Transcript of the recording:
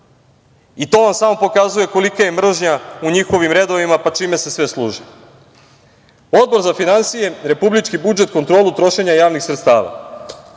je. To vam samo pokazuje kolika je mržnja u njihovim redovima, čime se sve služe. Odbor za finansije, republički budžet, kontrolu trošenja javnih sredstava. Dragi